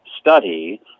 study